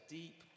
deep